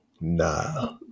Nah